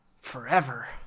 forever